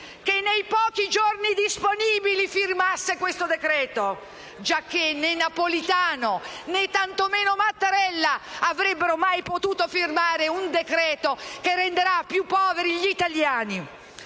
che nei pochi giorni disponibili firmasse questo decreto, giacché né Napolitano, né tantomeno Mattarella avrebbero mai potuto firmare un decreto-legge che renderà più poveri gli italiani.